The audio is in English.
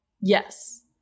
Yes